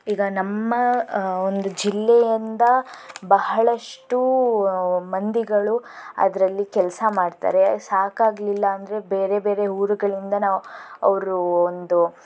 ಈಗ ನಮ್ಮ ಒಂದು ಜಿಲ್ಲೆಯಿಂದ ಬಹಳಷ್ಟು ಮಂದಿಗಳು ಅದರಲ್ಲಿ ಕೆಲಸ ಮಾಡ್ತಾರೆ ಸಾಕಾಗಲಿಲ್ಲ ಅಂದರೆ ಬೇರೆ ಬೇರೆ ಊರುಗಳಿಂದ ನಾವು ಅವರು ಒಂದು